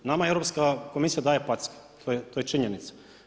Nama Europska komisija daje packe, to je činjenica.